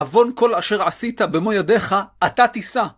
עוון כל אשר עשית במו ידך, אתה תישא.